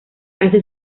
hace